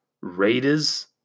Raiders